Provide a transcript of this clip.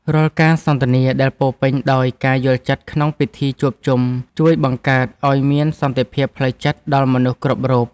រាល់ការសន្ទនាដែលពោរពេញដោយការយល់ចិត្តក្នុងពិធីជួបជុំ ជួយបង្កើតឱ្យមានសន្តិភាពផ្លូវចិត្តដល់មនុស្សគ្រប់រូប។